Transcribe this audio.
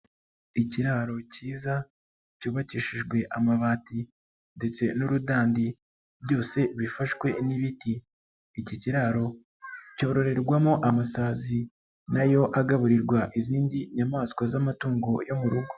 lkiraro cyiza cyubakishijwe amabati ndetse n'urudandi ,byose bifashwe n'ibiti, iki kiraro cyororerwamo amasazi ,nayo agaburirwa izindi nyamaswa z'amatungo yo mu rugo.